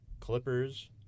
Clippers